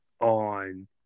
on